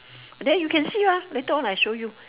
then you can see ah later on I show you